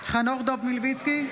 חנוך דב מלביצקי,